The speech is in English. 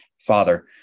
Father